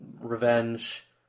revenge